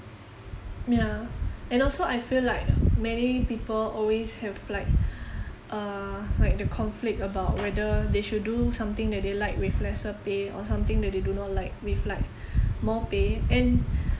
ya and also I feel like many people always have like uh like the conflict about whether they should do something that they like with lesser pay or something that they do not like with like more pay and